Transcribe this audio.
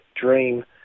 dream